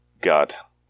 got